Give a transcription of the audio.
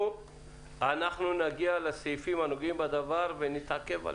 אנחנו נגיע לסעיפים הנוגעים בדבר ונתעכב עליהם,